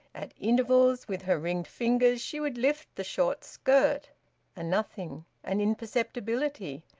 at intervals, with her ringed fingers she would lift the short skirt a nothing, an imperceptibility,